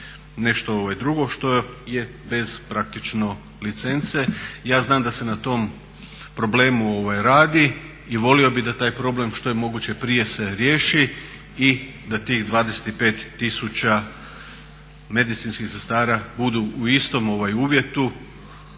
nešto drugo što je bez praktično bez licence. Ja znam da se na tom problemu radi i volio bih da taj problem što je moguće prije se riješi i da tih 25 tisuća medicinskih sestara budu u istom uvjetu